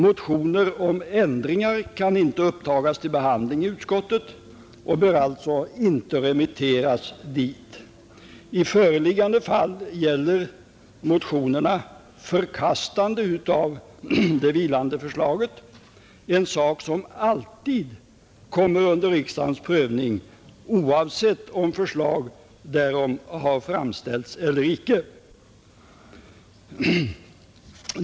Motioner om ändringar kan inte upptas till behandling i utskottet och bör alltså inte remitteras dit. I föreliggande fall gäller motionerna förkastande av det vilande förslaget, en sak som alltid kommer under riksdagens prövning, oavsett om förslag därom har framställts eller icke.